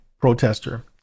protester